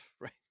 right